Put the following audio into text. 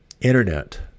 internet